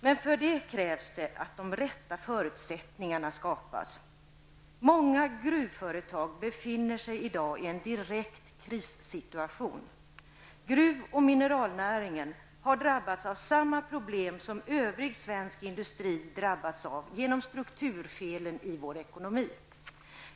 Men för det krävs att de rätta förutsättningarna skapas. Många gruvföretag befinner sig i dag i en direkt krissituation. Gruv och mineralnäringen har drabbats av samma problem som övrig svensk industri drabbats av genom strukturfelen i vår ekonomi.